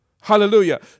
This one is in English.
Hallelujah